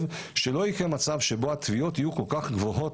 שלא יקרה מצב שהתביעות יהיו כל כך גבוהות.